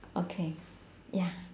okay ya